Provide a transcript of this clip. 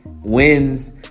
wins